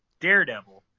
Daredevil